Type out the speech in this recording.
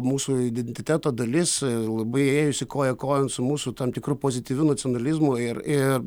mūsų identiteto dalis labai ėjusi koja kojon su mūsų tam tikru pozityviu nacionalizmu ir ir